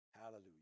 Hallelujah